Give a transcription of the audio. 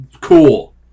cool